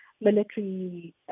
Military